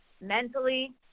mentally